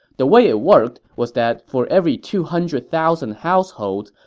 the way it worked was that for every two hundred thousand households,